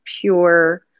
pure